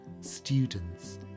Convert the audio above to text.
students